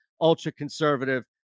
ultra-conservative